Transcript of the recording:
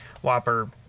whopper